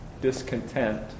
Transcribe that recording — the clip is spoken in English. discontent